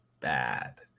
bad